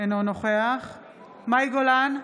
אינו נוכח מאי גולן,